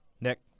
Nick